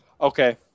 Okay